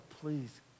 please